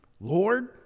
Lord